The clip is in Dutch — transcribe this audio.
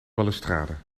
balustrade